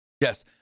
Yes